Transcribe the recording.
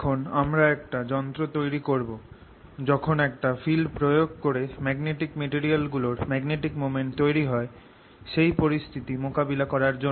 এখন আমরা একটা যন্ত্র তৈরি করব যখন একটা ফিল্ড প্রয়োগ করে ম্যাগনেটিক মেটেরিয়াল গুলোর ম্যাগনেটিক মোমেন্ট তৈরি হয় সেই পরিস্থিতি মোকাবিলা করার জন্য